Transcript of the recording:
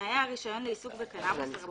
תנאי הרישיון לעיסוק בקנבוס,